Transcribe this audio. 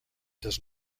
does